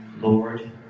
Lord